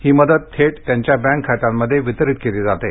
ही मदत थेट त्यांच्या बँक खात्यांमध्ये वितरीत केली जाते